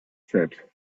said